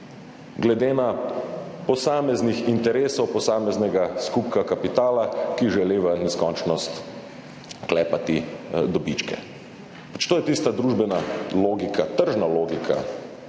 glede na posamezne interese posameznega skupka kapitala, ki želi v neskončnost klepati dobičke. To je tista družbena logika, tržna logika,